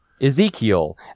Ezekiel